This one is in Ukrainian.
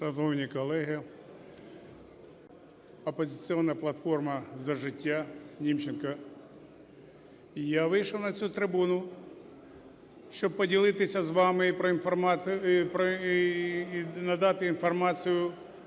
Шановні колеги! "Опозиційна платформа – За життя", Німченко. Я вийшов на цю трибуну, щоб поділитися з вами і надати інформацію